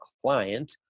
client